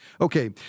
Okay